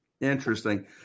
Interesting